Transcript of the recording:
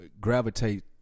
gravitate